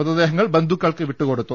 മൃത ദേഹങ്ങൾ ബന്ധുക്കൾക്ക് വിട്ടുകൊടുത്തു